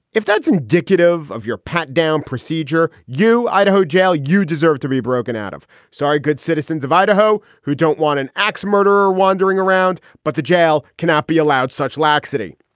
if that's indicative of your pat down procedure, you idaho jail, you deserve to be broken out of sorry, good citizens of idaho who don't want an axe murderer wandering around. but the jail cannot be allowed such laxity.